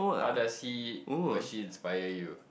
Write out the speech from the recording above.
how does he or she inspire you